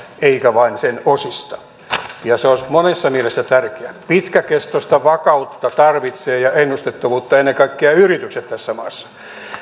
eikä vain sen osista se olisi monessa mielessä tärkeää pitkäkestoista vakautta ja ennustettavuutta tarvitsevat ennen kaikkea yritykset tässä maassa